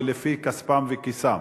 ולפי כספם וכיסם.